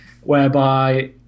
whereby